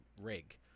rig